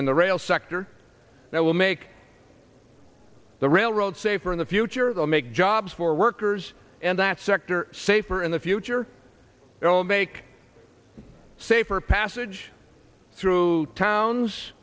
in the rail sector that will make the railroad safer in the future will make jobs for workers and that sector safer in the future will make a safer passage through towns